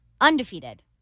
Undefeated